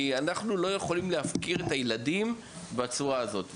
כי אנחנו לא יכולים להפקיר את הילדים בצורה הזאת.